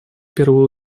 первую